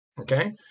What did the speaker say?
Okay